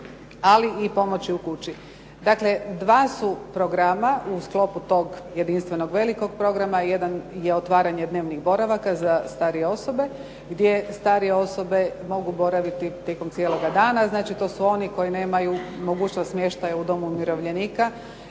ali i pomoći u kući. Dakle, dva su programa u sklopu tog jedinstvenog velikog programa. Jedan je otvaranje dnevnih boravaka za starije osobe gdje starije osobe mogu boraviti tijekom cijeloga dana, znači to su oni koji nemaju mogućnost smještaja u domu umirovljenika